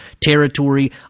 territory